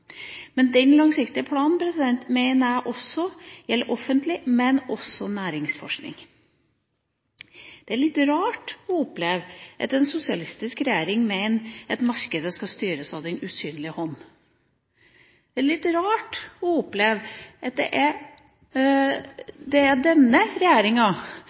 Men den langsiktige planen mener jeg gjelder både offentlig forskning og næringsforskning. Det er litt rart å oppleve at en sosialistisk regjering mener at markedet skal styres av den usynlige hånden. Det er litt rart å oppleve at det er denne regjeringa,